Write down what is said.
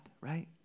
right